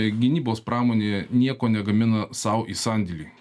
gynybos pramonėje nieko negamina sau į sandėlį